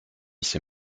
ses